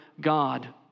God